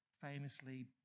famously